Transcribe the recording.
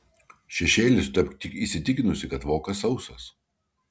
šešėlius tepk tik įsitikinusi kad vokas sausas